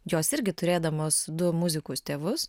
jos irgi turėdamos du muzikus tėvus